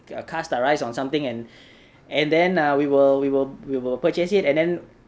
cast our eyes on something and and then ah we will we will we will purchase it and then